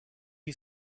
you